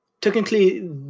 technically